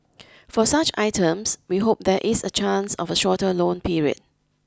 for such items we hope there is a chance of a shorter loan period